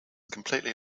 completely